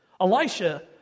Elisha